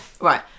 Right